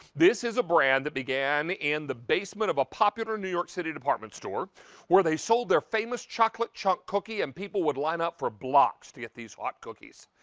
this is a brand that began in the basement of a popular new york city department store where they sold their famous chocolate chocolate cookie and people would line up for blocks to get these hot cookies.